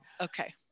Okay